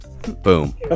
Boom